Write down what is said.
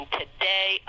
today